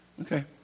Okay